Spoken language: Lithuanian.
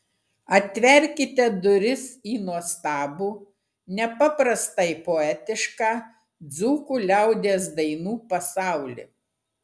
atverkite duris į nuostabų nepaprastai poetišką dzūkų liaudies dainų pasaulį